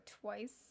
twice